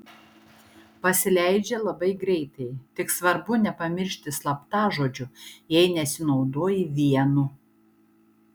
pasileidžia labai greitai tik svarbu nepamiršti slaptažodžių jei nesinaudoji vienu